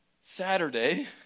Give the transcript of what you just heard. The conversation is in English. Saturday